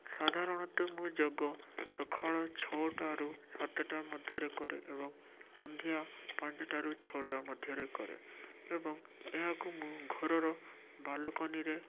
ସାଧାରଣତଃ ମୁଁ ଯୋଗ ସକାଳ ଛଅଟାରୁ ସାତଟା ମଧ୍ୟରେ କରେ ଏବଂ ସନ୍ଧ୍ୟା ପାଞ୍ଚଟାରୁ ଛଅଟା ମଧ୍ୟରେ କରେ ଏବଂ ଏହାକୁ ମୁଁ ଘରର ବାଲକୋନିରେ